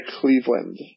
Cleveland